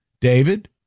David